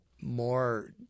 more